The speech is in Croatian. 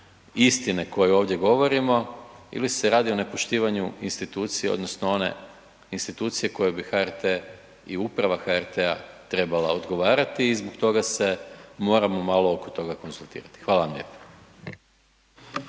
istine koju ovdje govorimo ili se radi o nepoštivanju institucije odnosno one institucije koju bi HRT i uprava HRT-a trebala odgovarati i zbog toga se moramo malo oko toga konzultirati. Hvala vam lijepa.